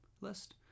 list